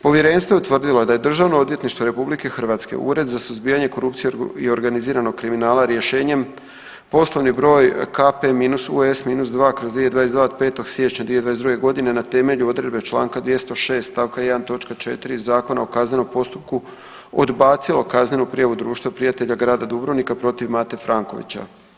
Povjerenstvo je utvrdilo da je Državno odvjetništvo RH, Ured za suzbijanje korupcije i organiziranog kriminala rješenjem Poslovni broj KP-Us-2/2022 od 5. siječnja 2022. godine na temelju odredbe Članka 206. stavka 1. točka 4. Zakona o kaznenom postupku odbacilo kaznenu prijavu Društva prijatelja grada Dubrovnika protiv Mate Frankovića.